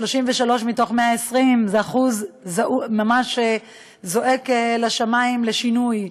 33 מתוך 120 זה אחוז ממש זועק לשמים לשינוי,